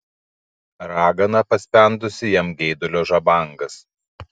ragana paspendusi jam geidulio žabangas